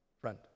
Friend